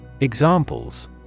Examples